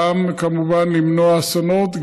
וגם כמובן למנוע אסונות,